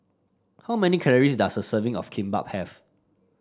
how many calories does a serving of Kimbap have